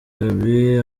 gaby